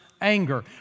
anger